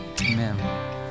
amen